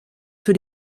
für